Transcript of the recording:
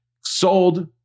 sold